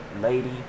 Lady